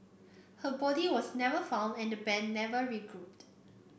her body was never found and the band never regrouped